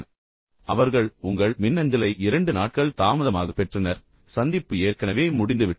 எனவே அவர்கள் உங்கள் மின்னஞ்சலை ஒன்று அல்லது இரண்டு நாட்கள் தாமதமாக பெற்றனர் சந்திப்பு ஏற்கனவே முடிந்துவிட்டது